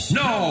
no